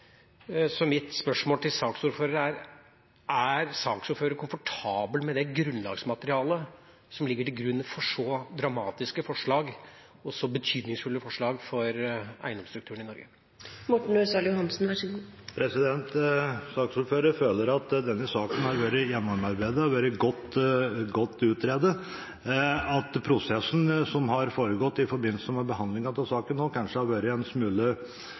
Så mitt spørsmål til saksordføreren er: Er saksordføreren komfortabel med det grunnlagsmaterialet som foreligger for så dramatiske og så betydningsfulle forslag for eiendomsstrukturen i Norge? Saksordføreren føler at denne saken har vært gjennomarbeidet og godt utredet. At prosessen som har foregått i forbindelse med behandlingen av saken, også kanskje har vært en smule